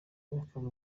bakava